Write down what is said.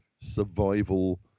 survival